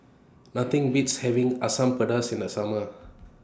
Nothing Beats having Asam Pedas in The Summer